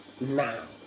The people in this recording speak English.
now